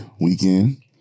weekend